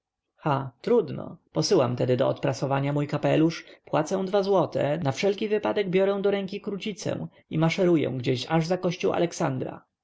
ha trudno posyłam tedy do odprasowania mój kapelusz płacę dwa złote na wszelki wypadek biorę do kieszeni krócicę i maszeruję gdzieś aż za kościół aleksandra